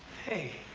hey.